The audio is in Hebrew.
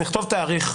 לכתוב תאריך.